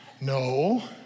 No